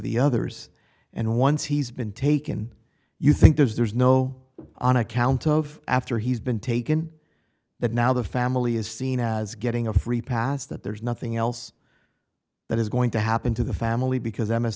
the others and once he's been taken you think there's no on account of after he's been taken that now the family is seen as getting a free pass that there's nothing else that is going to happen to the family because